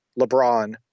LeBron